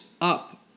up